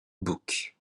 book